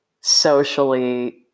socially